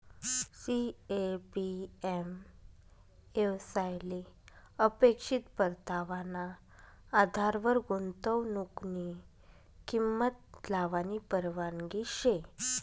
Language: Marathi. सी.ए.पी.एम येवसायले अपेक्षित परतावाना आधारवर गुंतवनुकनी किंमत लावानी परवानगी शे